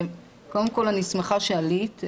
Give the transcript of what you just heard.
קודם כל אני שמחה שעלית.